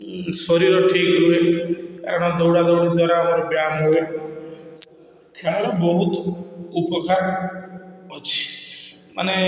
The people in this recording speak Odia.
ଶରୀର ଠିକ୍ ରୁହେ କାରଣ ଦୌଡ଼ା ଦୌଡ଼ି ଦ୍ୱାରା ଆମର ବ୍ୟାୟାମ ହୁଏ ଖେଳର ବହୁତ ଉପକାର ଅଛି ମାନେ